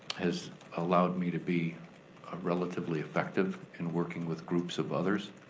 has allowed me to be relatively effective in working with groups of others,